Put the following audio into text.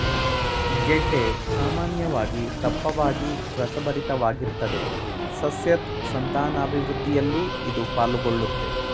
ಗೆಡ್ಡೆ ಸಾಮಾನ್ಯವಾಗಿ ದಪ್ಪವಾಗಿ ರಸಭರಿತವಾಗಿರ್ತದೆ ಸಸ್ಯದ್ ಸಂತಾನಾಭಿವೃದ್ಧಿಯಲ್ಲೂ ಇದು ಪಾಲುಗೊಳ್ಳುತ್ದೆ